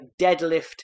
deadlift